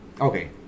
Okay